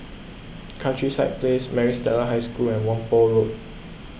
Countryside Place Maris Stella High School and Whampoa Road